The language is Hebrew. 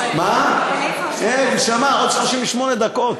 נשמה, עוד 38 דקות.